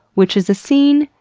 which is a scene,